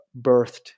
birthed